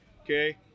okay